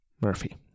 Murphy